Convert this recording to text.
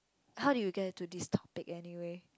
how do you get to this topic anyway